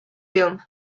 film